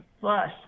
plus